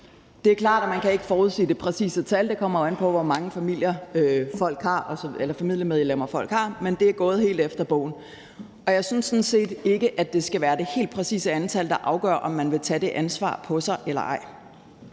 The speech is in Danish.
Det er klart, at man ikke kan forudsige det præcise tal, for det kommer jo an på, hvor mange familiemedlemmer folk har – men det er gået helt efter bogen. Og jeg synes sådan set ikke, at det skal være det helt præcise antal, der afgør, om man vil tage det ansvar på sig eller ej.